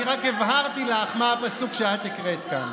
אני רק הבהרתי לך מה הפסוק שאת הקראת כאן.